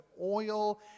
oil